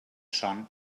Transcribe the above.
son